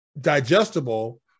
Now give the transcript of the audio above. digestible